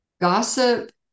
Gossip